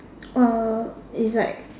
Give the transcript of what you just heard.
uh is like